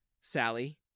Sally